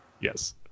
Yes